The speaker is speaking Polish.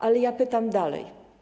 Ale ja pytam dalej.